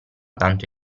tanto